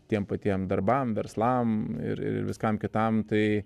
tiem patiem darbam verslam ir viskam kitam tai